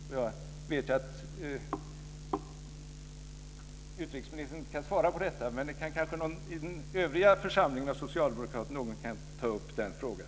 Jag vet att utrikesministern inte kan svara på detta, men kanske någon i den övriga församlingen av socialdemokrater kan svara på frågan.